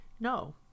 No